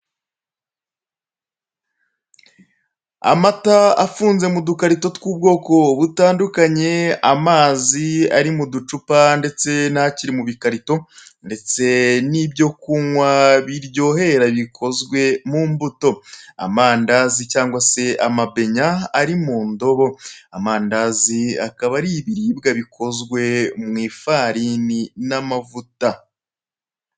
Amata afunze mu dukarito tw'ubwoko butandukanye, amazi ari mu ducupa ndetse n' akiri mu bikarito, ndetse n' ibyo kunywa biryohera bikozwe mu mbuto. Amandazi cyangwa se amabenya ari mu ndobo. Amandazi akaba ari ibiribwa bikozwe mu ifarini n' amavuta.